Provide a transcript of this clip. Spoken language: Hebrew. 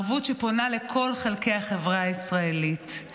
ערבות שפונה לכל חלקי החברה הישראלית.